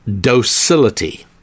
docility